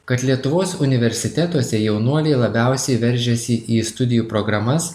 kad lietuvos universitetuose jaunuoliai labiausiai veržiasi į studijų programas